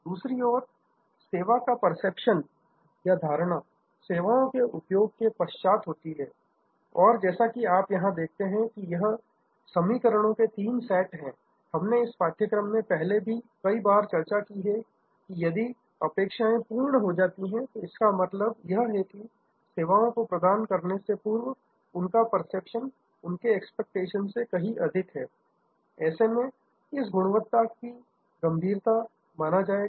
दूसरी ओर सेवा का परसेप्शन धारणा सेवाओं के उपयोग के पश्चात होती है और जैसा कि आप यहां देखते हैं कि यह समीकरणों के तीन सेट हैं हमने इस पाठ्यक्रम में पहले भी कई बार चर्चा की है कि यदि एक्सपेक्टेशन अपेक्षाएं पूर्ण हो जाती हैं तो इसका मतलब यह है कि सेवाओं को प्रदान करने से पूर्व उनका परसेप्शन उसके एक्सपेक्टेशन से कहीं अधिक है ऐसे में इसे गुणवत्ता की गंभीरता माना जाएगा